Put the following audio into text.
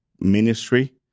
ministry